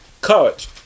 college